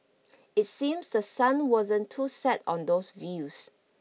it seems the sun wasn't too set on those views